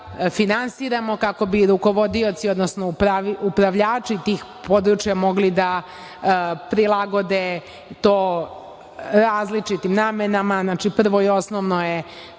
finansiramo, kako bi rukovodioci, odnosno upravljači tih područja mogli da prilagode to različitim namenama, znači, prvo i osnovno je